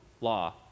law